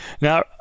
Now